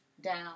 down